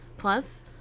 Plus